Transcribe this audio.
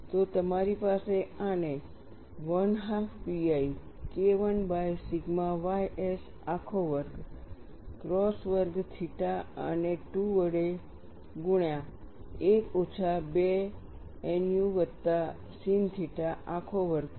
તો તમારી પાસે આને 12 pi KI by sigma ys આખો વર્ગ કોસ વર્ગ થીટા ને 2 વડે ગુણ્યા 1 ઓછા 2 nu વત્તા sin થીટા આખો વર્ગ છે